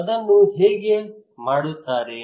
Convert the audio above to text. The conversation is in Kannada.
ಅದನ್ನು ಅವರು ಹೇಗೆ ಮಾಡುತ್ತಾರೆ